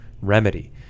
remedy